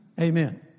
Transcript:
Amen